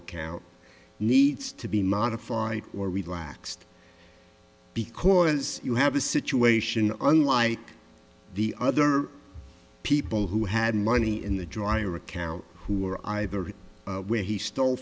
account needs to be modified or relaxed because you have a situation unlike the other people who had money in the dryer carol who are either where he stole